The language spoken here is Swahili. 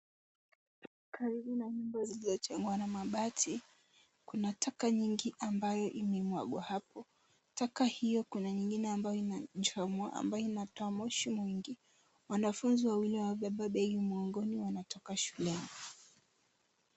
Karibu na nyumba zilizojengwa na mabati, kuna taka nyingi ambayo imemwagwa hapo. Taka hiyo, kuna nyingine ambayo inachomwa, ambayo inatoa moshi mwingi. Wanafunzi wawili wanabeba begi, miongoni wanatoka shuleni.